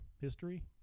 history